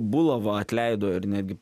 bulavą atleido ir netgi